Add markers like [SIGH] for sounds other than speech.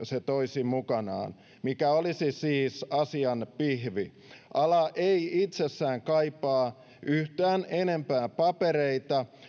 [UNINTELLIGIBLE] se toisi mukanaan mikä olisi siis asian pihvi ala ei itsessään kaipaa yhtään enempää papereita